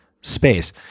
space